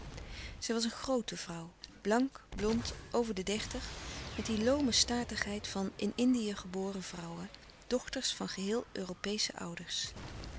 zij was een groote vrouw blank blond over de dertig met die loome statigheid van in indië geboren vrouwen dochters van geheel europeesche ouders